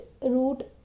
root